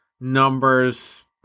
numbers